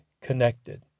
connected